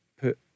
put